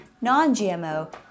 non-GMO